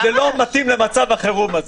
זה לא מתאים למצב החירום הזה.